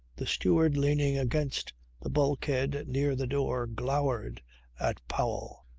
the steward leaning against the bulkhead near the door glowered at powell,